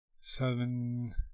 seven